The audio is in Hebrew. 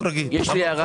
הערה